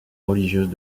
religieuses